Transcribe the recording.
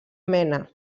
mena